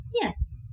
Yes